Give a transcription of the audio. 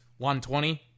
120